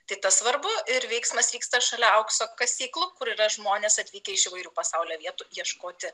tai tas svarbu ir veiksmas vyksta šalia aukso kasyklų kur yra žmonės atvykę iš įvairių pasaulio vietų ieškoti